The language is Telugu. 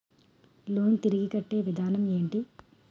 లోన్ తిరిగి కట్టే విధానం ఎంటి?